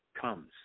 comes